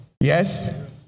Yes